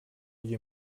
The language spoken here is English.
you